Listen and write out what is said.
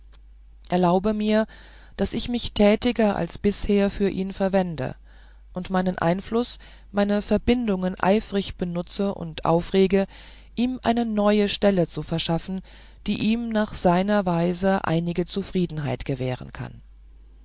erlaube mir daß ich mich tätiger als bisher für ihn verwende und meinen einfluß meine verbindungen eifrig benutze und aufrege ihm eine stelle zu verschaffen die ihm nach seiner weise einige zufriedenheit gewähren kann